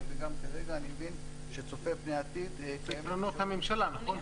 וגם כרגע אני מבין שצופה פני עתיד --- הלוואות הממשלה.